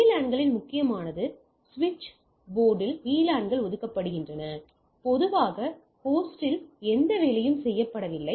VLAN களில் முக்கியமானது சுவிட்ச் போர்ட்டில் VLAN கள் ஒதுக்கப்படுகின்றன பொதுவாக செய்யப்படாத ஹோஸ்டில் எந்த வேலையும் செய்யப்படவில்லை